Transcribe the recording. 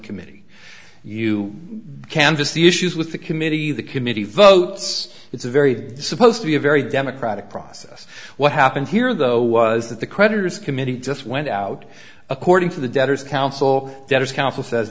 committee you can just the issues with the committee the committee votes it's a very supposed to be a very democratic process what happened here though was that the creditors committee just went out according to the debtors council debtors council says